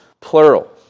plural